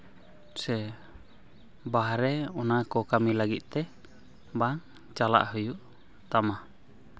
ᱥᱮ ᱵᱟᱦᱨᱮ ᱚᱱᱟ ᱠᱚ ᱠᱟᱹᱢᱤ ᱞᱟᱹᱜᱤᱫ ᱛᱮ ᱵᱟ ᱪᱟᱞᱟᱜ ᱦᱩᱭᱩᱜ ᱛᱟᱢᱟ